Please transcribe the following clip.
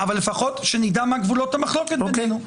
לפחות שנדע מה גבולות המחלוקת בינינו.